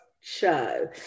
show